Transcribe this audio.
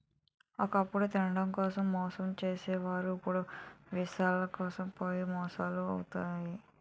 ఒకప్పుడు తిండికోసం మోసాలు చేసే వారు మరి ఇప్పుడు విలాసాలకు పోయి మోసాలు పోతారు